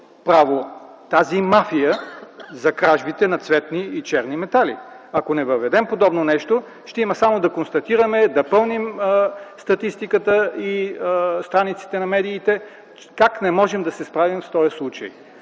право – това е мафия за кражба на цветни и черни метали. Ако не въведем подобно нещо, ще има само да констатираме и пълним статистиката и страниците на медиите как не можем да се справим с този случай.